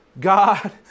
God